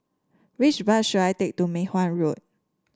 which bus should I take to Mei Hwan Road